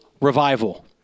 revival